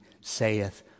saith